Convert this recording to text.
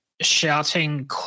shouting